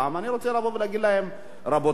אני רוצה לבוא ולהגיד להם: רבותי,